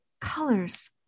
Colors